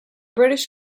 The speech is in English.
british